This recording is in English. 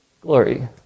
Glory